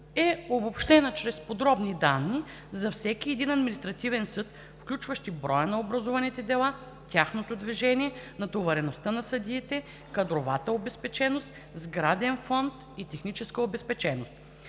е обобщена чрез подробни данни за всеки един административен съд, включващи броя на образуваните дела, тяхното движение, натовареността на съдиите, кадровата обезпеченост, сграден фонд и техническа обезпеченост.